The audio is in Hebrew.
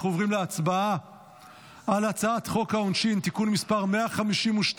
אנחנו עוברים להצבעה על הצעת חוק העונשין (תיקון מס' 152)